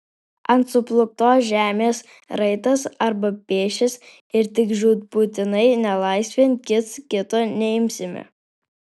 ant suplūktos žemės raitas arba pėsčias ir tik žūtbūtinai nelaisvėn kits kito neimsime